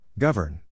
Govern